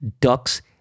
ducks